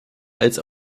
als